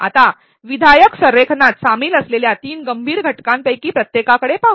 आता विधायक संरेखनात सामील असलेल्या तीन गंभीर घटकांपैकी प्रत्येकाकडे पाहू